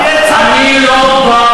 אני לא בא